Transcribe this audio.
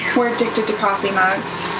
we're addicted to coffee mugs.